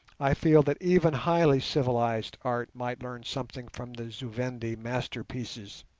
i feel that even highly civilized art might learn something from the zu-vendi masterpieces.